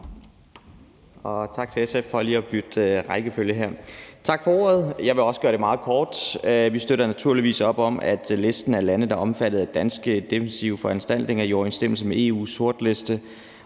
rækkefølgen. Jeg vil også gøre det meget kort. Vi støtter naturligvis op om, at listen over lande, der er omfattet af danske defensive foranstaltninger, er i overensstemmelse med EU's sortliste,